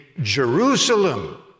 Jerusalem